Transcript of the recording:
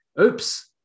Oops